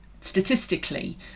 statistically